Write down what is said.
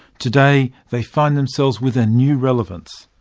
today, they find themselves with a new relevance.